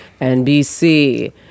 NBC